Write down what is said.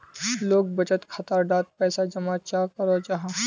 लोग बचत खाता डात पैसा जमा चाँ करो जाहा?